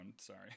Sorry